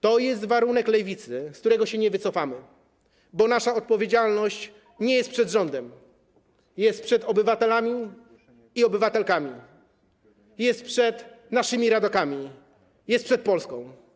To jest warunek Lewicy, z którego się nie wycofamy, bo nasza odpowiedzialność nie jest przed rządem, jest przed obywatelami i obywatelkami, jest przed naszymi rodakami, jest przed Polską.